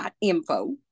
Info